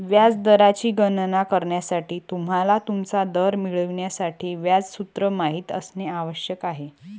व्याज दराची गणना करण्यासाठी, तुम्हाला तुमचा दर मिळवण्यासाठी व्याज सूत्र माहित असणे आवश्यक आहे